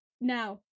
Now